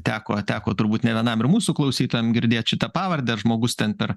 teko teko turbūt ne vienam ir mūsų klausytojam girdėt šitą pavardę žmogus ten per